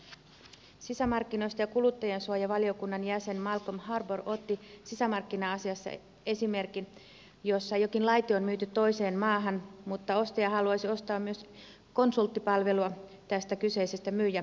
sisämarkkina ja kuluttajansuojavaliokunnan jäsen malcolm harbour otti sisämarkkina asiassa esimerkin jossa jokin laite on myyty toiseen maahan mutta ostaja haluaisi ostaa myös konsulttipalvelua tästä kyseisestä myyjäyrityksestä